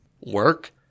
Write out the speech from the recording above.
work